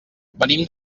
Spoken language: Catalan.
venim